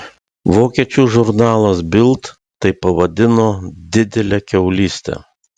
vokiečių žurnalas bild tai pavadino didele kiaulyste